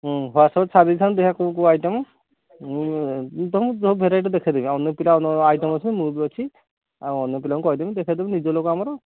ହୁଁ ହ୍ୱାଟସପ୍ରେ ଛାଡ଼ି ଦେଇଥାନ୍ତୁ ଦେଖିଆ କୋଉ କୋଉ ଆଇଟମ୍ ମୁଁ ତମକୁ ବହୁତ ଭେରାଇଟି ଦେଖେଇ ଦେମି ଆ ଅନ୍ୟପିଲା ଆଇଟମ୍ ଅଛି ମୁଁ ବି ଅଛି ଆ ଅନ୍ୟ ପିଲାଙ୍କୁ କହିଦେମି ଦେଖେଇ ଦେମି ନିଜ ଲୋକ ଆମର